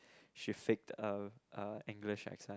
she faked uh uh english accent